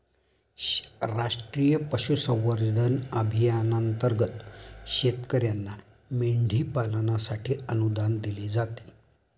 राष्ट्रीय पशुसंवर्धन अभियानांतर्गत शेतकर्यांना मेंढी पालनासाठी अनुदान दिले जाते